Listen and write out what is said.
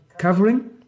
covering